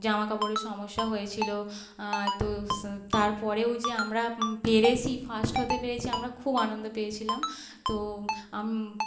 জামাকাপড়ের সমস্যা হয়েছিল তো তারপরেও যে আমরা পেরেছি ফার্স্ট হতে পেরেছি আমরা খুব আনন্দ পেয়েছিলাম তো